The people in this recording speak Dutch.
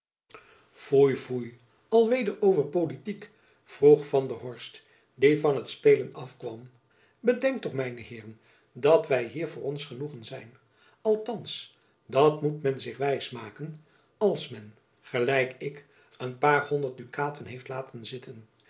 foei al weder over politiek vroeg van der horst die van t spelen afkwam bedenkt toch mijne heeren dat wy hier voor ons genoegen zijn althands dat moet men zich wijs maken als men gelijk ik een paar honderd dukatonnen heeft laten zitten